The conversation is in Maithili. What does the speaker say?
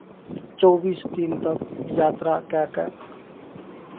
चौबीस दिन तक यात्रा कए कऽ